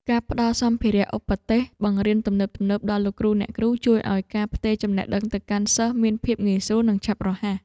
ការផ្តល់សម្ភារៈឧបទេសបង្រៀនទំនើបៗដល់លោកគ្រូអ្នកគ្រូ ជួយឱ្យការផ្ទេរចំណេះដឹងទៅកាន់សិស្សមានភាពងាយស្រួលនិងឆាប់រហ័ស។